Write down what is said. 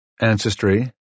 Ancestry